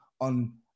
on